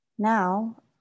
Now